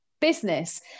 business